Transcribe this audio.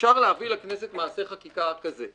אפשר להביא לכנסת מעשה חקיקה כזה.